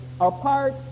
apart